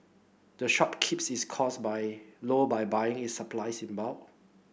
the shop keeps its costs by low by buying its supplies in bulk